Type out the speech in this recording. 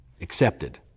accepted